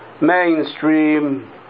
mainstream